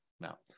now